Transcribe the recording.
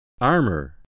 Armor